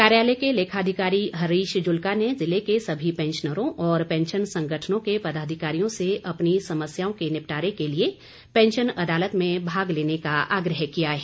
कार्यालय के लेखाअधिकारी हरीश जुल्का ने जिले के सभी पैंशनरों और पैंशन संगठनों के पदाधिकारियों से अपनी समस्याओं के निपटारे के लिए पैंशन अदालत में भाग लेने का आग्रह किया है